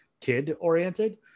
kid-oriented